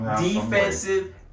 defensive